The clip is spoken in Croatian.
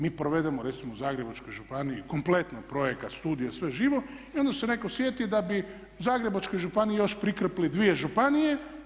Mi provedemo recimo u Zagrebačkoj županiji kompletno projekat, studije, sve živo i onda se netko sjeti da bi Zagrebačkoj županiji još prikrpili dvije županije.